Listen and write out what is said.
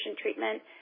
treatment